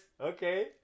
Okay